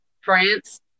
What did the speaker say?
France